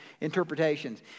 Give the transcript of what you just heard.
interpretations